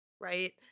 Right